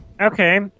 Okay